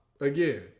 Again